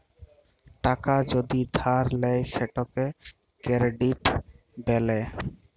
টাকা যদি ধার লেয় সেটকে কেরডিট ব্যলে